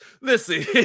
Listen